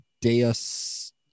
Deus